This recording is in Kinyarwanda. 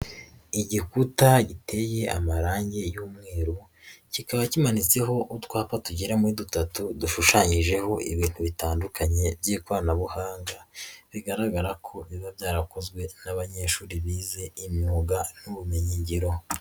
Igikuta giteye amarangi y'umweru, kikaba kimanitseho utwapa tugera muri dutatu dushushanyijeho ibintu bitandukanye by'ikoranabuhanga, bigaragara ko biba byarakozwe n'abanyeshuri bize imyuga n'ubumenyingiro.